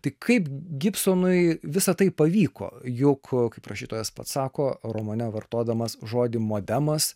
tai kaip gibsonui visa tai pavyko juk kaip rašytojas pats sako romane vartodamas žodį modemas